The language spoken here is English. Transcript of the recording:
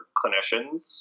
clinicians